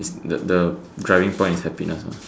is the the driving point is happiness ah